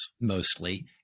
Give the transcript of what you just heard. mostly